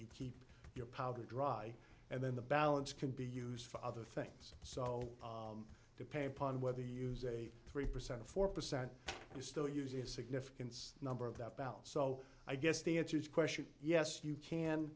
you keep your powder dry and then the balance can be used for other things so depend upon whether you use a three percent or four percent and you still use the significance number of that balance so i guess the answer is question yes you can